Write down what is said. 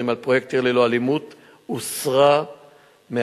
על פרויקט "עיר ללא אלימות" הוסרה מהפרק,